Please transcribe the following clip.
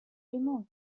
remove